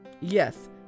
Yes